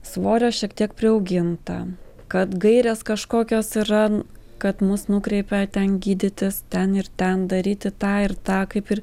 svorio šiek tiek priauginta kad gairės kažkokios yra kad mus nukreipė ten gydytis ten ir ten daryti tą ir tą kaip ir